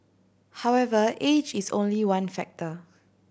however age is only one factor